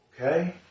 Okay